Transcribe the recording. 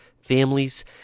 families